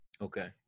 Okay